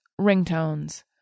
ringtones